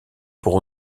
pour